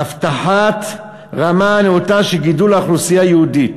להבטחת רמה נאותה של גידול האוכלוסייה היהודית".